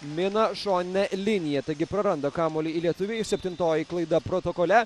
mina šoninę liniją taigi praranda kamuolį į lietuviai septintoji klaida protokole